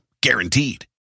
Guaranteed